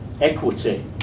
equity